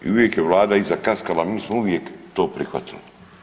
I uvijek je Vlada iza kaskala, mi smo uvijek to prihvatili.